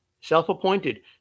self-appointed